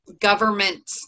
government